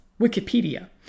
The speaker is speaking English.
Wikipedia